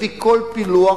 לפי כל פילוח,